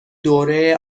دوره